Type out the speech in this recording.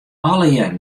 allegear